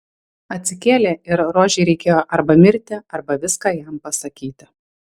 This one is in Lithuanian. atsikėlė ir rožei reikėjo arba mirti arba viską jam pasakyti